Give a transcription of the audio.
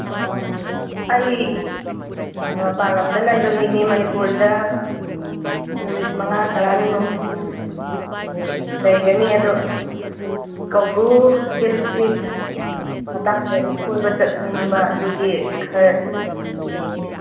ꯑꯣ ꯑꯣ ꯑꯩ ꯃꯄꯥꯜ ꯂꯝꯗ ꯂꯩꯕ ꯃꯤꯅꯤ ꯃꯅꯤꯄꯨꯔꯗ ꯅꯨꯃꯤꯠ ꯃꯉꯥ ꯇꯔꯥꯅꯤꯃꯨꯛ ꯂꯩꯒꯅꯤ ꯑꯗꯨ ꯀꯧꯕ꯭ꯔꯨ ꯍꯤꯜꯁꯀꯤ ꯃꯇꯥꯡꯗ ꯑꯩ ꯀꯣꯏꯕ ꯆꯠꯅꯤꯡꯕ ꯑꯗꯨꯒꯤ ꯈꯔ